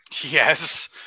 yes